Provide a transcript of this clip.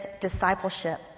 discipleship